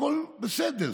הכול בסדר.